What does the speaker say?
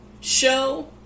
Show